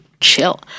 chill